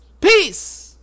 Peace